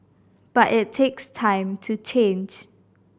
but it takes time to change